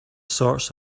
sorts